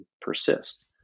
persist